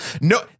No